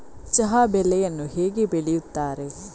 ಚಹಾ ಬೆಳೆಯನ್ನು ಹೇಗೆ ಬೆಳೆಯುತ್ತಾರೆ?